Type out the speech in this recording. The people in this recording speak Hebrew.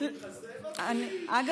אמרת: שתו לי, חיסלו אותי, הולכים לחסל אותי.